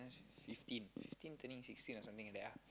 fifteen fifteen turning sixteen or something like that ah